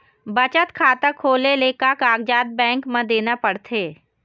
बचत खाता खोले ले का कागजात बैंक म देना पड़थे?